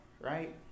right